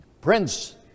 Prince